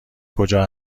کجا